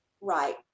Right